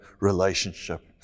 relationship